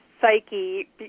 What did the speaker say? psyche